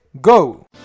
go